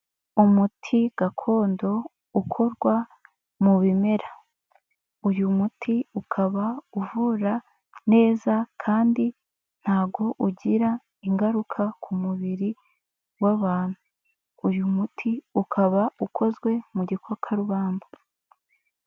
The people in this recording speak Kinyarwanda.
Umuti gakondo ukorwa mu bimera, uyu muti ukaba uvura neza kandi ntago ugira ingaruka ku mubiri w'abantu, uyu muti ukaba ukozwe mu gikakarubamba.